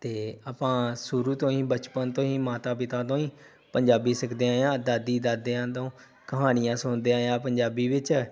ਅਤੇ ਆਪਾਂ ਸ਼ੁਰੂ ਤੋਂ ਹੀ ਬਚਪਨ ਤੋਂ ਹੀ ਮਾਤਾ ਪਿਤਾ ਤੋਂ ਹੀ ਪੰਜਾਬੀ ਸਿੱਖਦੇ ਆਏ ਹਾਂ ਦਾਦੀ ਦਾਦਿਆਂ ਤੋਂ ਕਹਾਣੀਆਂ ਸੁਣਦੇ ਆਏ ਹਾਂ ਪੰਜਾਬੀ ਵਿੱਚ